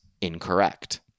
incorrect